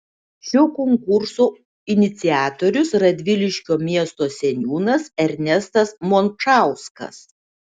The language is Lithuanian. šio konkurso iniciatorius radviliškio miesto seniūnas ernestas mončauskas